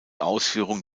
ausführung